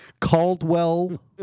Caldwell